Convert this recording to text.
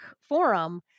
forum